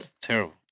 terrible